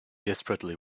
desperately